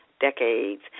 decades